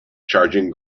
charging